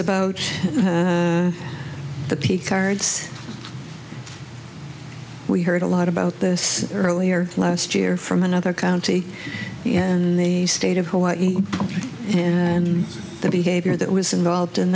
about the peak cards we heard a lot about this earlier last year from another county and the state of hawaii and the behavior that was involved in